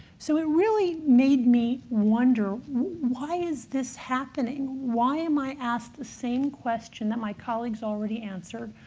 so it really made me wonder, why is this happening? why am i asked the same question that my colleagues already answered?